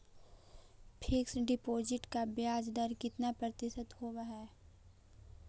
Fix deposit का ब्याज दर कितना प्रतिशत होब है?